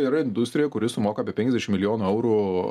yra industrija kuri sumoka apie penkiasdešimt milijonų eurų